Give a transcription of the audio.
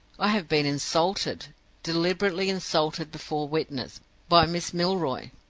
i have been insulted deliberately insulted before witnesses by miss milroy.